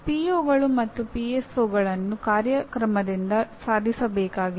ಪಿಒಗಳು ಕಾರ್ಯಕ್ರಮದಿಂದ ಸಾಧಿಸಬೇಕಾಗಿದೆ